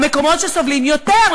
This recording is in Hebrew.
המקומות שסובלים יותר,